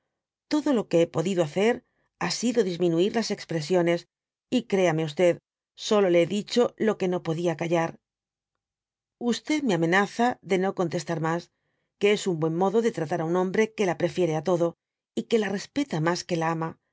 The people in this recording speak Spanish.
todo lo que bé podido bacer ba sido disminuir las expresione y créame solo le bé dicbo lo que no podía callar me amenaza de no contestar mas que es un buen modo de tratar á un bombre que la prefiere á todo y que la respeta mas que la ama